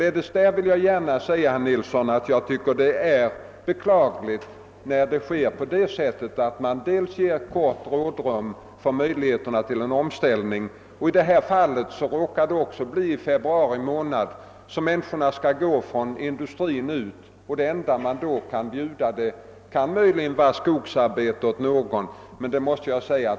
På den punkten vill jag således gärna säga herr Nilsson, att jag tycker att det är beklagligt, att man ger så kort rådrum inför en omställning. I detta fall råkar det också vara i februari månad som de anställda skall gå ifrån industrin. Det enda man då kan bjuda dem kan möjligen vara skogsarbete åt en del.